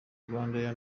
rwandair